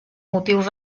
motius